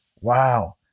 Wow